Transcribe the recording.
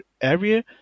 area